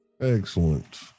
Excellent